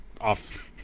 off –